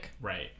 Right